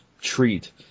treat